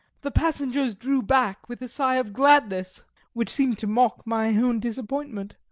the passengers drew back with a sigh of gladness, which seemed to mock my own disappointment.